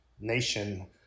Nation